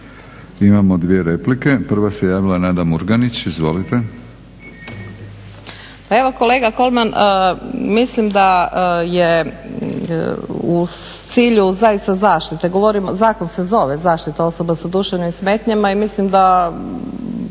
Imamo dvije replike. Prva se javila Nada Murganić, izvolite. **Murganić, Nada (HDZ)** Pa evo kolega Kolman, mislim da je u cilju zaista zaštite, govorim zakon se zove zaštita osoba sa duševnim smetnjama i mislim da